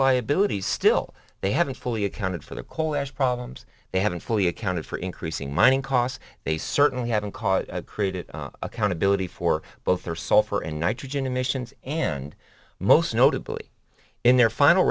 liabilities still they haven't fully accounted for the coal ash problems they haven't fully accounted for increasing mining costs they certainly haven't caused created accountability for both their sulfur and nitrogen emissions and most notably in their final